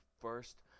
first